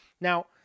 Now